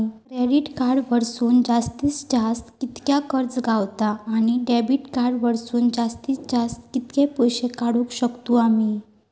Credit card वरसून जास्तीत जास्त कितक्या कर्ज गावता, आणि डेबिट कार्ड वरसून जास्तीत जास्त कितके पैसे काढुक शकतू आम्ही?